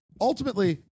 ultimately